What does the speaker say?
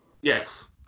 Yes